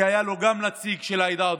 כי היה לו גם נציג של העדה הדרוזית.